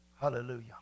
Hallelujah